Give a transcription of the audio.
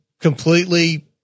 completely –